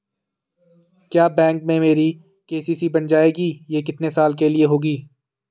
क्या बैंक में मेरी के.सी.सी बन जाएगी ये कितने साल के लिए होगी?